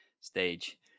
Stage